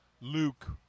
Luke